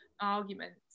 arguments